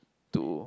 to